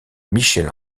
michel